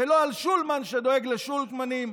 ולא על שולמן שדואג לשולמנים,